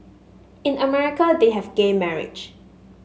in America they have gay marriage